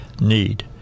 need